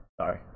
sorry